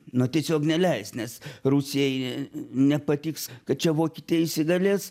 nu tiesiog neleis nes rusijai nepatiks kad čia vokietija įsigalės